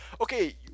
okay –